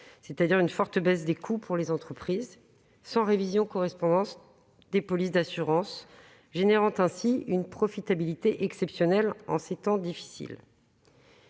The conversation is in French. c'est-à-dire une forte baisse des coûts pour les entreprises, sans révision correspondante des polices d'assurance, générant ainsi une profitabilité exceptionnelle en ces temps difficiles.